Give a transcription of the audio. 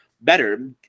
better